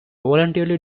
voluntarily